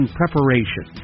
preparation